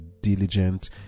diligent